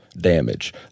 damage